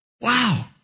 Wow